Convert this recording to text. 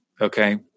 Okay